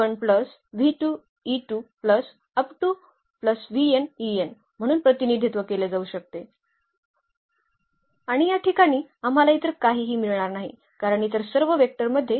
कारण पुन्हा स्पष्ट झाले आहे की आम्हाला हे तपासणे आवश्यक आहे की हे स्वतंत्रपणे स्वतंत्र आहेत जे आम्ही इतर उदाहरणे प्रमाणे केले आहेत